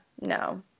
no